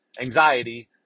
anxiety